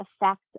effect